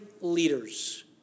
leaders